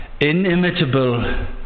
inimitable